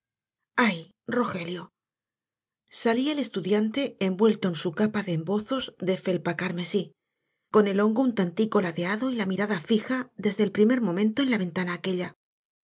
rogelio salía el estudiante envuelto en su capa de embozos de felpa carmesí con el hongo un tantico ladeado y la mirada fija desde el primer momento en la ventana aquella